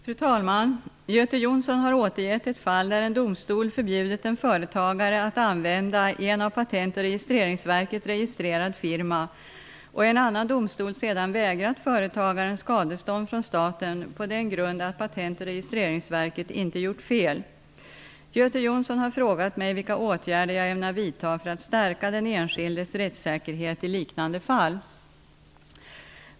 Fru talman! Göte Jonsson har återgett ett fall där en domstol förbjudit en företagare att använda en av Patent och registreringsverket registrerad firma och en annan domstol sedan vägrat företagaren skadestånd från staten på den grund att Patent och registreringsverket inte gjort fel. Göte Jonsson har frågat mig vilka åtgärder jag ämnar vidta för att stärka den enskildes rättssäkerhet i liknande fall.